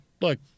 look